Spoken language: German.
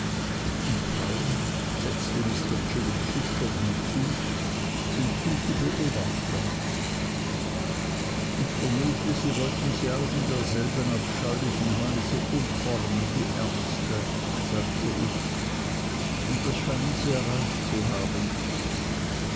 und frauen setzte mr chillip schüchtern hinzu sind gute beobachter sir ich vermute sie wollten sie auch in derselben abscheulichen weise umformen die ärmste sagte ich und das scheinen sie erreicht zu haben